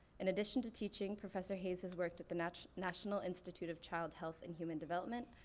in addition to teaching, professor hayes has worked at the national national institute of child health and human development,